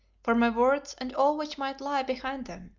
for my words and all which might lie behind them,